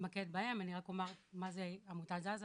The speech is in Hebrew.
רק אומר מה היא עמותת "זזה",